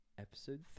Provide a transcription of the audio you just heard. Episode